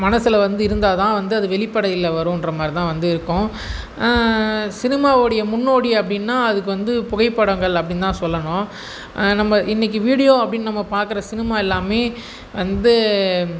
மனசில் வந்து இருந்தால்தான் வந்து அது வெளிப்படையில வருகின்றமாரி தான் வந்து இருக்கும் சினிமாவுடைய முன்னோடி அப்படின்னா அதுக்குவந்து புகைப்படங்கள் அப்படின்னு தான் சொல்லணும் நம்ம இன்றைக்கி வீடியோ அப்படின்னு நம்ம பார்க்குற சினிமா எல்லாமே வந்து